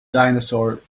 dinosaur